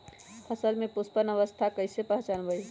फसल में पुष्पन अवस्था कईसे पहचान बई?